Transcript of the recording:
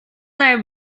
they